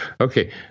Okay